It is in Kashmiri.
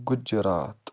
گُجرات